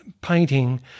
painting